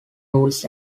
rules